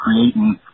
creating